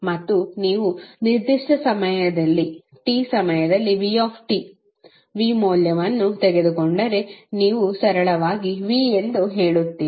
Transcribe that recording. ಮತ್ತು ನೀವು ನಿರ್ದಿಷ್ಟ ಸಮಯದಲ್ಲಿ t ಸಮಯದಲ್ಲಿ vt v ಮೌಲ್ಯವನ್ನು ತೆಗೆದುಕೊಂಡರೆ ನೀವು ಸರಳವಾಗಿ v ಎಂದು ಹೇಳುತ್ತೀರಿ